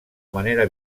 manera